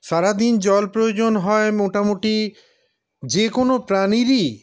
সারাদিন জল প্রয়োজন হয় মোটামুটি যেকোনো প্রাণীরই